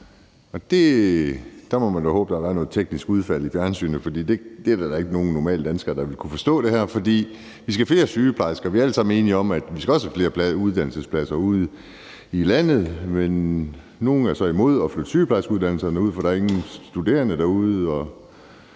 Der må man jo håbe, at der har været noget teknisk udfald i fjernsynet, for der er da ikke nogen normale danskere, der ville kunne forstå det her. Vi skal have flere sygeplejersker, og vi er alle sammen enige om, at vi også skal have flere uddannelsespladser ude i landet, men nogle er så imod at flytte sygeplejerskeuddannelserne ud, fordi der ingen studerende er derude.